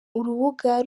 urubuga